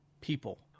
people